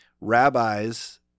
Rabbis